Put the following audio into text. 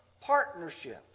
partnership